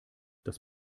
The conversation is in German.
dass